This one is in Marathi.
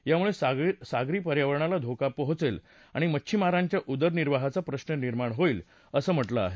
यामुळे सागरी पर्यावरणाला धोका पोहोचेल आणि मच्छिमारांच्या उदरनिर्वाहाचा प्रश्न निर्माण होईल असं म्हटलं आहे